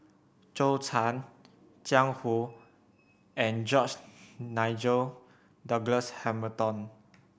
Zhou Can Jiang Hu and George Nigel Douglas Hamilton